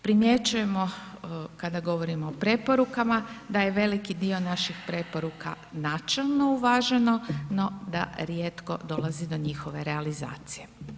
Primjećujemo kada govorimo o preporukama, da je veliki dio naših preporuka načelno uvaženo no da rijetko dolazi do njihove realizacije.